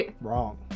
Wrong